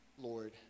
lord